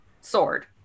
sword